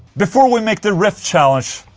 before we make the riff challenge.